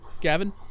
gavin